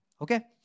Okay